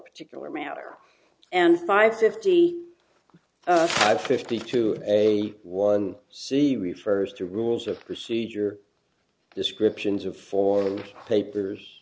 particular manner and five fifty five fifty two a one c refers to rules of procedure descriptions of formal papers